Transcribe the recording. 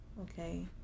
okay